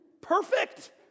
Perfect